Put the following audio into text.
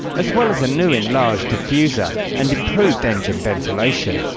as well as a new enlarge diffuser and improved engine ventilation.